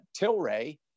Tilray